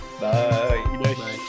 Bye